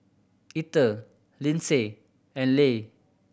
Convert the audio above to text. Etter Lindsey and Le